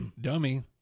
Dummy